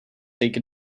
take